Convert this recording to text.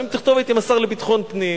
ועם תכתובת עם השר לביטחון הפנים,